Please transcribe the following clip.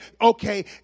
okay